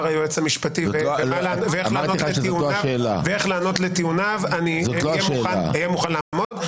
היועץ המשפטי ואיך לענות לטיעוניו אני אהיה מוכן לעמוד.